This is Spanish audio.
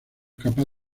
capaz